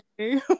okay